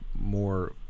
more